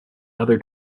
other